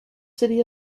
city